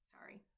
Sorry